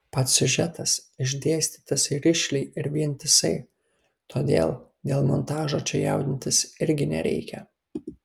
pats siužetas išdėstytas rišliai ir vientisai todėl dėl montažo čia jaudintis irgi nereikia